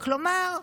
כלומר,